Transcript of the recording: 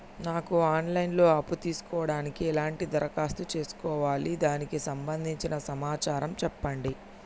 నాకు online లో అప్పు తీసుకోవడానికి ఎలా దరఖాస్తు చేసుకోవాలి దానికి సంబంధించిన సమాచారం చెప్పండి?